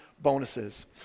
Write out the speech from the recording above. bonuses